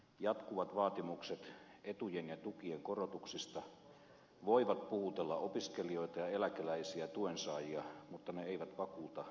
jatkuvat vaatimukset etuuksien ja tukien korotuksista voivat puhutella opiskelijoita eläkeläisiä ja tuensaajaryhmiä mutta ne eivät vakuuta omalla työllään itsensä elättävää keskiluokkaa